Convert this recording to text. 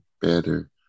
better